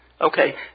Okay